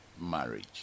marriage